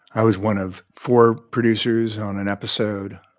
i was one of four producers on an episode.